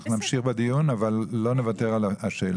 בינתיים נמשיך בדיון אבל לא נוותר על השאלה.